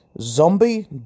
zombie